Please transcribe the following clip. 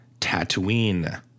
Tatooine